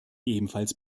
ebenfalls